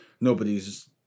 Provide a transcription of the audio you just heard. nobody's